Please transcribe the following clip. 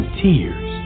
tears